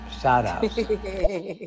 Shout-outs